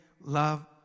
love